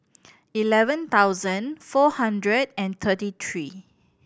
eleven thousand four hundred and thirty three